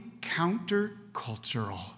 counter-cultural